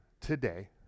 today